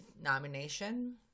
nomination